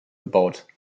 gebaut